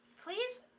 Please